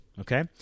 Okay